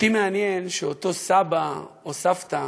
אותי מעניין שאותו סבא או אותה סבתא,